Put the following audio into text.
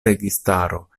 registaro